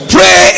Pray